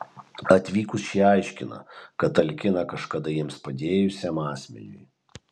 atvykus šie aiškina kad talkina kažkada jiems padėjusiam asmeniui